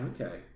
Okay